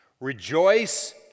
rejoice